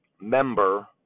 member